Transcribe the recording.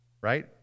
Right